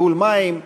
ניהול מים,